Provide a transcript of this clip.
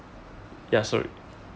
ya sorry